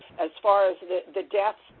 as far as the deaths?